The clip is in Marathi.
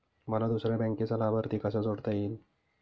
मला दुसऱ्या बँकेचा लाभार्थी कसा जोडता येईल?